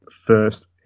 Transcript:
first